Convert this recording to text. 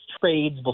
trades